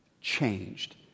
changed